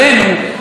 כבוד שר התקשורת,